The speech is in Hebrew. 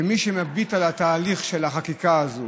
שמי שמביט על התהליך של החקיקה הזאת